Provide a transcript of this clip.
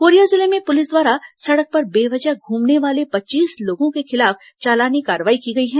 Korea जिले में police द्वारा सड़क पर बेवजह घूमने वाले पच्चीस लोगों के खिलाफ चालानी कार्रवाई की गई है